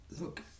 Look